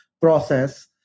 process